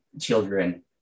children